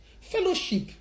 Fellowship